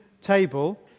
table